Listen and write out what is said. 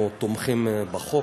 אנחנו תומכים בחוק.